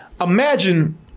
imagine